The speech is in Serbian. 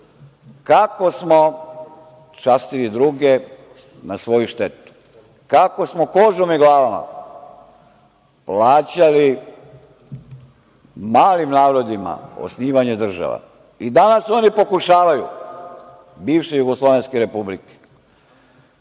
kako smo častili druge na svoju štetu, kako smo kožom i glavama plaćali malim narodima osnivanje država. Danas oni pokušavaju bivše jugoslovenske republike